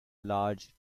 large